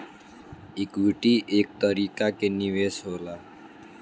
equity एक तरीका के निवेश होला